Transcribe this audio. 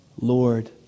Lord